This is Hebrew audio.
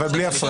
אבל בלי הפרעה.